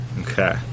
Okay